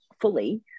fully